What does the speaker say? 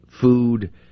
food